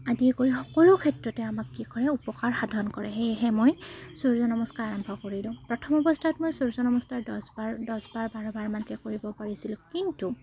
আদি কৰি সকলো ক্ষেত্ৰতে আমাক কি কৰে উপকাৰ সাধন কৰে সেয়েহে মই সূৰ্য নমস্কাৰ আৰম্ভ কৰিলোঁ প্ৰথম অৱস্থাত মই সূৰ্য নমস্কাৰ দহবাৰ দহবাৰ বাৰবাৰমানকৈ কৰিব পাৰিছিলোঁ কিন্তু